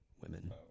women